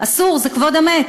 אסור, זה כבוד המת.